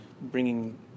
bringing